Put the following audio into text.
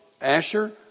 Asher